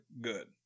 good